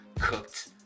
cooked